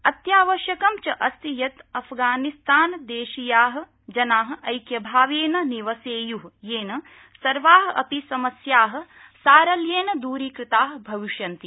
अत्यावश्यकं च अस्ति यत् अफ्गानिस्तानदेशीया जना ऐक्य भावेन निवसेयु येन सर्वा अपि समस्या सारल्थेन द्री कृता भविष्यन्ति